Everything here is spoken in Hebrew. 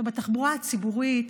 בתחבורה הציבורית,